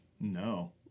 No